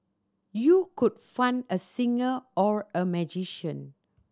you could fund a singer or a magician